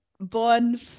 born